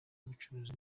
y’ubucuruzi